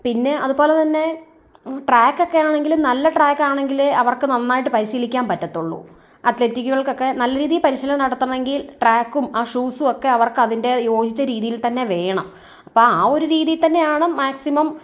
പിന്നെ അതുപോലെ തന്നെ ട്രാക്കെക്കേ ആണെങ്കിലും നല്ല ട്രാക്ക് ആണെങ്കില് അവർക്ക് നന്നായിട്ട് പരിശീലിക്കാൻ പറ്റത്തുള്ളൂ അത്ലറ്റികൾക്കൊക്കെ നല്ല രീതിയിൽ പരിശീലനം നടത്തണമെങ്കിൽ ട്രാക്കും ആ ഷൂസും ഒക്കെ അവർക്ക് അതിന്റെ യോചിച്ച രീതിയിൽ തന്നെ വേണം അപ്പോൾ ആ ഒരു രീതിയിൽ തന്നെയാണ് മാക്സിമം